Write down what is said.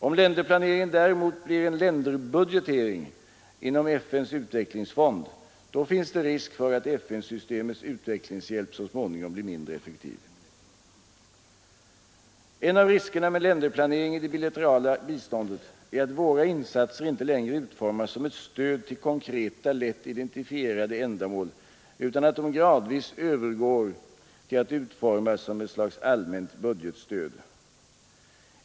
Om länderplaneringen däremot bara blir en länderbudgetering inom FN:s utvecklingsfond, då finns det risk för att FN-systemets utvecklingshjälp så småningom blir mindre effektiv. En av riskerna med länderplanering i det bilaterala biståndet är att våra insatser inte längre utformas som ett stöd till konkreta och lätt identifierade ändamål utan att de gradvis övergår till att utformas som ett slags allmänt budgetstöd.